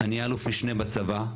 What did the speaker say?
אני אלוף משנה בצבא,